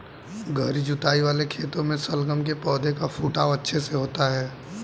गहरी जुताई वाले खेतों में शलगम के पौधे का फुटाव अच्छे से होता है